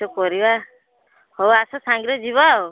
କିସ କରିବା ହଉ ଆସ ସାଙ୍ଗରେ ଯିବା ଆଉ